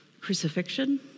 crucifixion